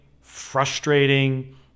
frustrating